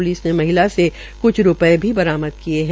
police ने महिला से क्छ रूपये भी बरामद किये है